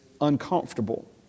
uncomfortable